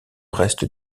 reste